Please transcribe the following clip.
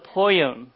poem